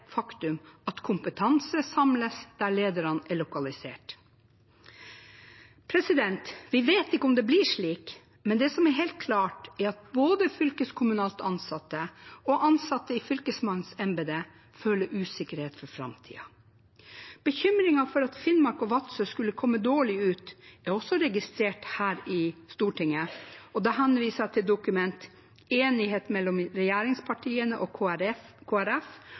faktum at kompetanse samles der lederne er lokalisert. Vi vet ikke om det blir slik, men det som er helt klart, er at både fylkeskommunalt ansatte og ansatte i fylkesmannsembetet føler usikkerhet for framtiden. Bekymringen for at Finnmark og Vadsø skulle komme dårlig ut, er også registrert her i Stortinget. Jeg henviser til dokumentet «Enighet mellom regjeringspartiene og KrF